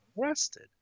Arrested